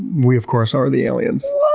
we of course are the aliens,